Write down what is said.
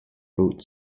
boat